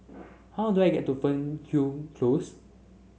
how do I get to Fernhill Close